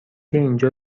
اینجا